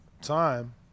time